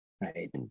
right